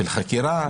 של חקירה.